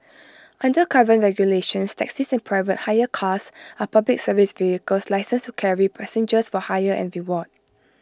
under current regulations taxis and private hire cars are Public Service vehicles licensed to carry passengers for hire and reward